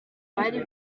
bari